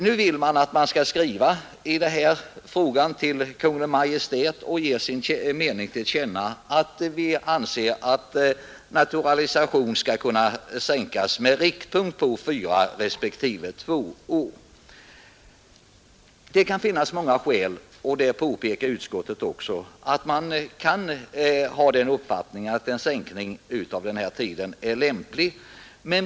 I motionen och reservationen krävs att riksdagen i skrivelse till Kungl. Maj:t som sin mening ger till känna att reglerna för naturalisation bör ändras så att svenskt medborgarskap kan erhållas efter fyra respektive två år. Som utskottet påpekar kan det anföras många skäl för uppfattningen att en sänkning av tiden är lämplig.